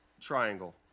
triangle